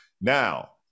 Now